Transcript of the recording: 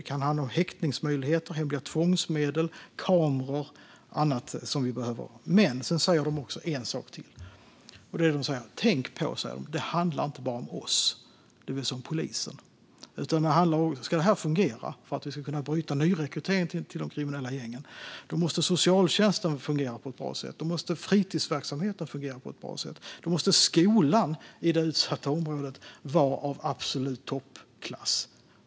Det kan handla om häktningsmöjligheter, hemliga tvångsmedel, kameror och annat. Men sedan säger de en sak till: "Tänk på att det inte bara handlar om oss poliser." Ska det här fungera och vi ska kunna bryta nyrekryteringen till de kriminella gängen måste socialtjänsten och fritidsverksamheten fungera på ett bra sätt, och skolan i det utsatta området måste vara av absolut toppklass.